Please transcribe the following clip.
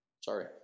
sorry